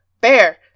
Bear